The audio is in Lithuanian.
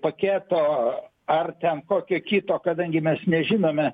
paketo ar ten kokio kito kadangi mes nežinome